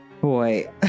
boy